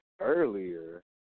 earlier